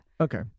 Okay